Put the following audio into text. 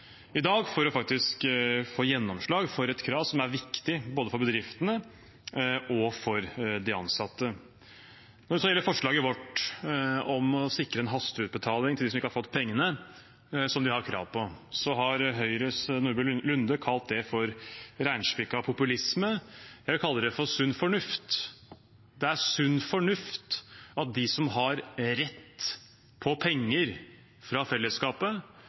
i dag for faktisk å få gjennomslag for et krav som er viktig både for bedriftene og for de ansatte. Når det gjelder forslaget vårt om å sikre en hasteutbetaling til dem som ikke har fått pengene som de har krav på, har Høyres Nordby Lunde kalt det for reinspikka populisme. Jeg vil kalle det for sunn fornuft. Det er sunn fornuft at de som har rett på penger fra fellesskapet,